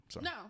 no